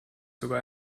sogar